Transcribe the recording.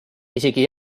isegi